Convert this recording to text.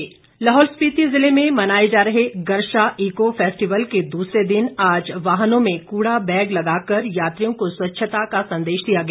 Garsha eco festival Lahaul Spiti जिले में मनाए जा रहे गरशा इको फेस्टिवल के दूसरे दिन आज वाहनों में कूड़ा बैग लगाकर यात्रियों को स्वच्छता का संदेश दिया गया